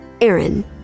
Aaron